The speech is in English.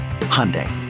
Hyundai